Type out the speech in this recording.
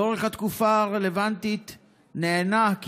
לאורך התקופה הרלוונטית נענה,